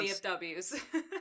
BFWs